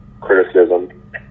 criticism